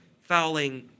fouling